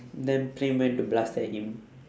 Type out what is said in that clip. then praem went to blast at him